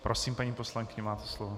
Prosím, paní poslankyně, máte slovo.